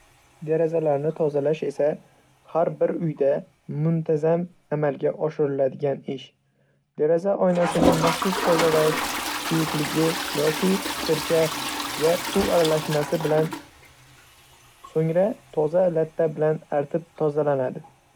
Derazalarni tozalash esa har bir uyda muntazam amalga oshiriladigan ish. Deraza oynasini maxsus tozalash suyuqligi yoki sirka va suv aralashmasi bilan, so‘ngra toza latta bilan artib tozalanadi!